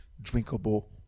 drinkable